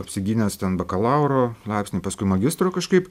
apsigynęs ten bakalauro laipsnį paskui magistro kažkaip